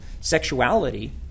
sexuality